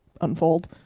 unfold